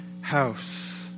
house